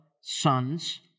sons